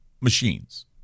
machines